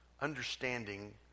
understanding